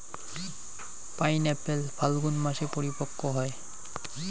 pineapple Falgun মাসে পরিপক্ব হয়